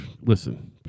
listen